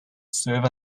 serve